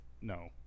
No